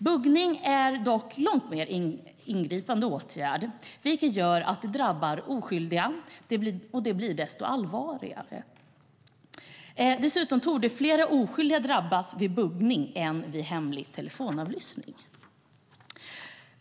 Buggning är dock en långt mer ingripande åtgärd, vilket gör att det drabbar oskyldiga desto allvarligare. Dessutom torde fler oskyldiga drabbas vid buggning än vid hemlig telefonavlyssning.